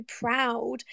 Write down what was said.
proud